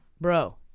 bro